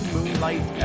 Moonlight